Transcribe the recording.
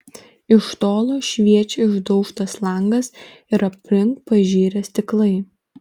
iš tolo šviečia išdaužtas langas ir aplink pažirę stiklai